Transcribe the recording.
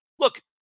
Look